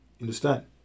Understand